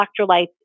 electrolytes